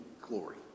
glory